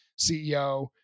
CEO